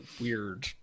weird